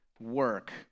work